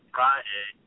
Friday